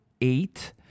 eight